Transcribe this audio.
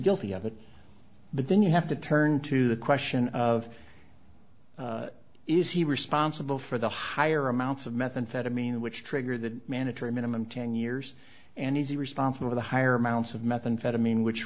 guilty of it but then you have to turn to the question of is he responsible for the higher amounts of methamphetamine which trigger the mandatory minimum ten years and is he responsible for the higher amounts of meth unfed amine which